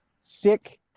sick